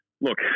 look